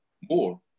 more